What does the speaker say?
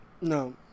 No